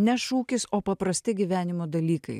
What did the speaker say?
ne šūkis o paprasti gyvenimo dalykai